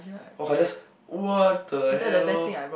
!!wah!! that's what the hell